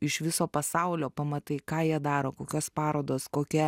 iš viso pasaulio pamatai ką jie daro kokios parodos kokie